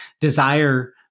desire